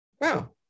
wow